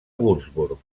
würzburg